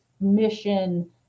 mission